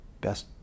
best